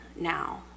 now